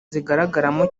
zigaragaramo